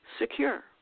secure